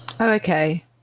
okay